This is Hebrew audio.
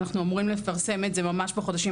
אנחנו אמורים לפרסם את זה ממש בחודשים